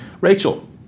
Rachel